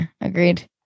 agreed